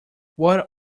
what